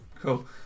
cool